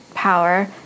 power